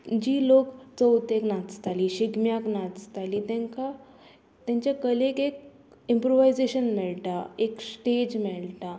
जी लोक चवथेक नाचताली शिगम्याक नाचताली तेंकां तेंच्या कलेक एक इम्प्रोवायजेशन मेळटा एक स्टेज मेळटा